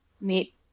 meet